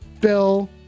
Bill